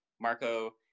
Marco